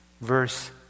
Verse